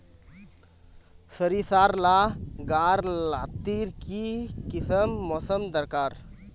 सरिसार ला गार लात्तिर की किसम मौसम दरकार?